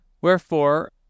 Wherefore